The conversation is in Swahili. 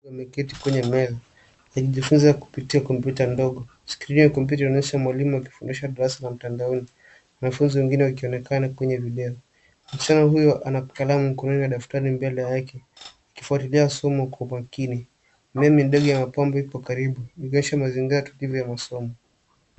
Ameketi kwenye meza anajifunza kupitia komputa ndogo. Skrini ya Komputa inaonyesha mwalimu akifundisha darasa la mtandaoni wanafunzi wengine wakionekana kwenye video. Msichana huyu ana kalamu mkononi na daftari mbele yake akifuatilia somo kwa makini, mimea ndogo ya mapambo iko karibu ikionyesha mazingara tulivu ya masomo.